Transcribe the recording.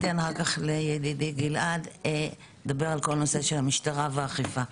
אתן לגלעד ידידי לדבר על נושא המשטרה והאכיפה.